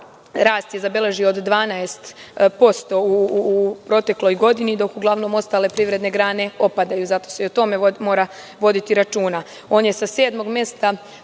rast je zabeležio od 12% u protekloj godini, dok ostale privredne grane propadaju. O tome se takođe mora voditi računa. On